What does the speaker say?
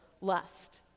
lust